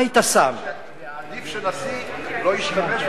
עדיף שנשיא לא ישתמש,